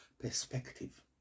perspective